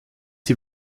sie